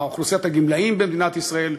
אוכלוסיית הגמלאים במדינת ישראל,